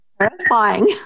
terrifying